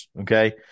okay